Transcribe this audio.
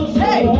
hey